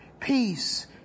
peace